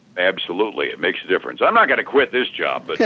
absolutely, it makes a difference. i'm not going to quit this job, but